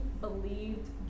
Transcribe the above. believed